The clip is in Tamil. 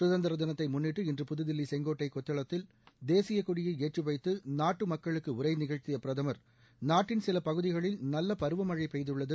சுதந்திர தினத்தை முன்னிட்டு இன்று புது தில்லி செங்கோட்டை கொத்தளத்தில் தேசிய கொடியை ஏற்றி வைத்து நாட்டு மக்களுக்கு உரை நிகழ்த்திய பிரதமா் நாட்டின் சில பகுதிகளில் நல்ல பருவமழை பெய்துள்ளது